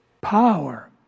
Power